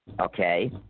okay